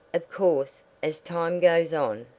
of course, as time goes on,